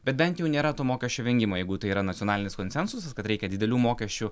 bet bent jau nėra to mokesčių vengimo jeigu tai yra nacionalinis konsensusas kad reikia didelių mokesčių